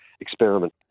experiment